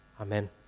Amen